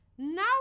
Now